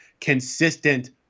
consistent